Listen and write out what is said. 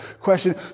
question